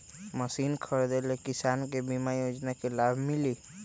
Machine खरीदे ले किसान के बीमा योजना के लाभ मिली?